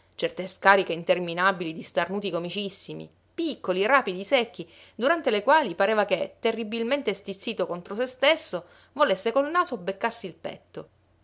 certe scariche interminabili di starnuti comicissimi piccoli rapidi secchi durante le quali pareva che terribilmente stizzito contro se stesso volesse col naso beccarsi il petto